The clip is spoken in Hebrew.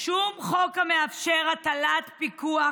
שום חוק המאפשר הטלת פיקוח